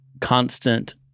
constant